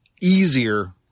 easier